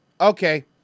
Okay